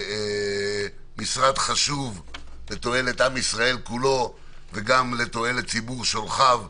משרד חשוב לתועלת עם ישראל וכלו וגם לתועלת ציבור שולחיו.